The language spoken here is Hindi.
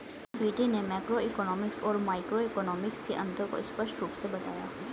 स्वीटी ने मैक्रोइकॉनॉमिक्स और माइक्रोइकॉनॉमिक्स के अन्तर को स्पष्ट रूप से बताया